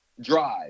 drive